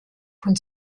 von